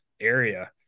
area